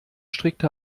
strickte